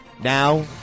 Now